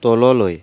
তললৈ